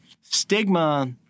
stigma